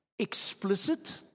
Explicit